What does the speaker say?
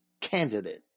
candidate